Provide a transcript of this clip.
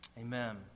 Amen